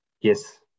Yes